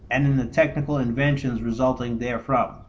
and in the technical inventions resulting therefrom.